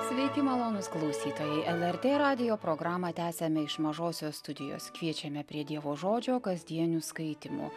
sveiki malonūs klausytojai lrt radijo programą tęsiame iš mažosios studijos kviečiame prie dievo žodžio kasdienių skaitymų